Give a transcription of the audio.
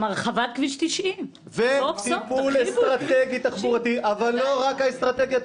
גם הרחבת כביש 90. סוף סוף תרחיבו את כביש 90. טיפול אסטרטגי תחבורתי אבל לא רק אסטרטגי תחבורתי.